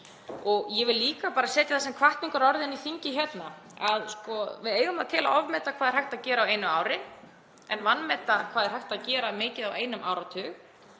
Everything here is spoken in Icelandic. Ég vil líka bara setja það sem hvatningarorð inn í þingið að við eigum það til að ofmeta hvað er hægt að gera á einu ári en vanmeta hvað er hægt að gera mikið á einum áratug.